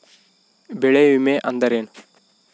ಬೆಳೆ ವಿಮೆ ಅಂದರೇನು?